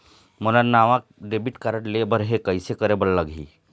मोला नावा debit card लेबर हे, कइसे करे बर लगही?